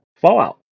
Fallout